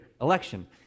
Election